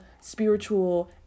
spiritual